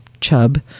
chub